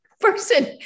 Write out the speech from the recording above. person-